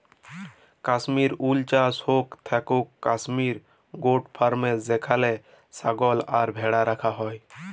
Kashmir wool চাস হৌক থাকেক কাশ্মির গোট ফার্মে যেখানে ছাগল আর ভ্যাড়া রাখা হয়